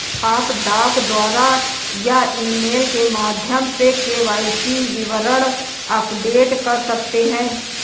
आप डाक द्वारा या ईमेल के माध्यम से के.वाई.सी विवरण अपडेट कर सकते हैं